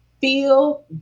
feel